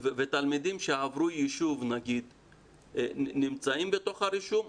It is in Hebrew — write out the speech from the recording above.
תלמידים שעברו יישוב, נמצאים בתוך הרישום?